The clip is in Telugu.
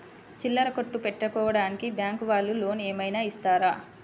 చిల్లర కొట్టు పెట్టుకోడానికి బ్యాంకు వాళ్ళు లోన్ ఏమైనా ఇస్తారా?